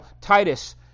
Titus